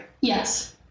Yes